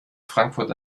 frankfurt